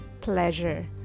pleasure